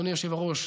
אדוני היושב-ראש,